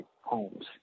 homes